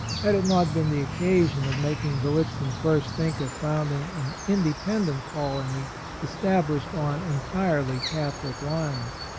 had it not been the occasion of making gallitzin first think of founding an independent colony established on entirely catholic lines.